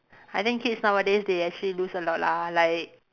I think kids nowadays they actually lose a lot lah like